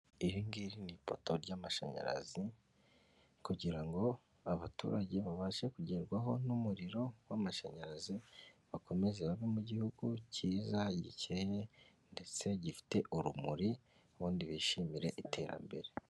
Iri ngiri ni ipoto ry'amashanyarazi kugira ngo abaturage babashe kugerwaho n'umuriro w'amashanyarazi bakomeze babe mu gihugu cyiza gikeye ndetse gifite urumuri ubundi bishimire iterambere.